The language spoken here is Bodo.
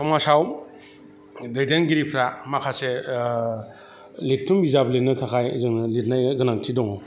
समाजाव दैदेनगिरिफोरा माखासे लिरथुम बिजाब लिरनो थाखाय जोङो लिरनाया गोनांथि दङ